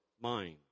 mind